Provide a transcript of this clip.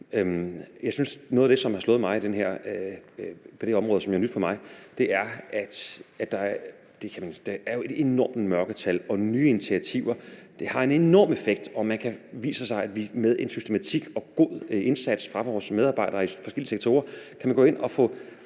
Noget af det, som har slået mig på det her område, og som er nyt for mig, er, at der jo er et enormt mørketal, og nye initiativer har en enorm effekt, og det viser sig, at med en systematik og god indsats fra vores medarbejdere i forskellige sektorer kan man gå ind at få